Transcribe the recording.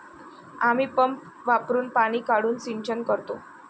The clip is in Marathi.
आम्ही पंप वापरुन पाणी काढून सिंचन करतो